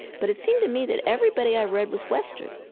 but it seemed to me that everybody i read was western.